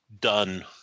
done